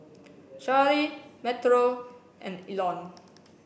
Charly Metro and Elon